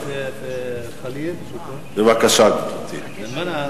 בבקשה, גברתי.